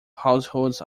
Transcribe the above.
households